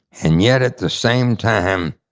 and yet, at the same time,